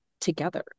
together